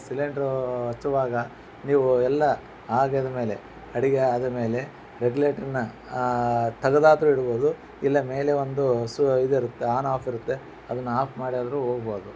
cylinder ಹಚ್ಚುವಾಗ ನೀವು ಎಲ್ಲ ಆಗಿದ ಮೇಲೆ ಅಡುಗೆ ಆದ ಮೇಲೆ ರೆಗ್ಯುಲೇಟರನ್ನ ತೆಗ್ದಾದ್ರೂ ಇಡ್ಬೌದು ಇಲ್ಲ ಮೇಲೆ ಒಂದು ಸು ಇದು ಇರುತ್ತೆ ಆನ್ ಆಫ್ ಇರುತ್ತೆ ಅದನ್ನು ಆಫ್ ಮಾಡಿಯಾದ್ರೂ ಹೋಗ್ಬೌದು